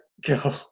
go